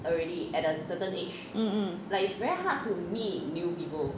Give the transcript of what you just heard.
mm mm